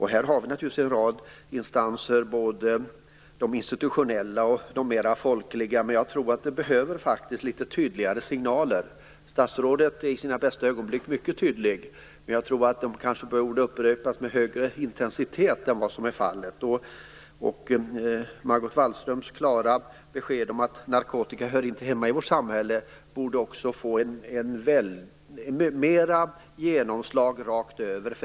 Här har vi en rad instanser, både de institutionella och de mer folkliga. Men jag tror att det behövs litet tydligare signaler. Statsrådet är i sina bästa ögonblick mycket tydlig. Men signalerna borde kanske upprepas med högre intensitet än vad som är fallet. Margot Wallströms klara besked om att narkotika inte hör hemma i vårt samhälle borde få mer genomslag rakt över.